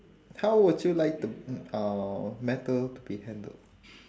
how would you like to mm uh matter to be handled